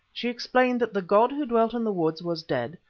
she explained that the god who dwelt in the woods was dead,